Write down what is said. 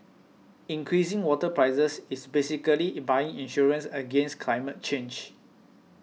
increasing water prices is basically buying insurance against climate change